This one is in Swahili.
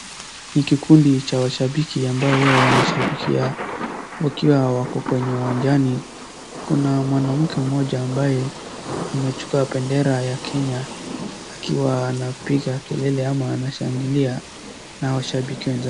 Ni kikundi cha washabiki ambao hua wanashabikia wakiwa wako kwenye uwanjani. Kuna mwanamke mmoja ambaye amechukua bendera ya Kenya akiwa anapiga kelele ama anashangilia na washabiki wenzake.